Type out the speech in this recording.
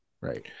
Right